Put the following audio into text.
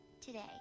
today